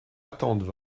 attendre